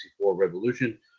Revolution